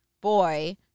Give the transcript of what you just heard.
boy